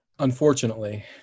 Unfortunately